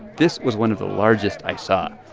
this was one of the largest i saw.